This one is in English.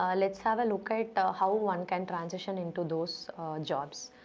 um let's have a look at how one can transition into those jobs.